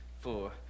four